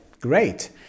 great